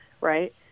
right